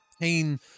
pain